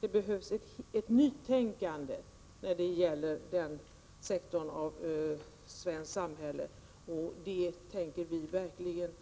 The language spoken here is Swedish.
Det behövs ett nytänkande när det gäller den sektorn i svenskt samhälle, och vi kommer att